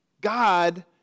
God